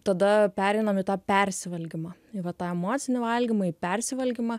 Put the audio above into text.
tada pereinam į tą persivalgymą į va tą emocinį valgymą į persivalgymą